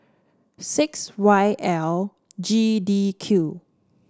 six Y L G D Q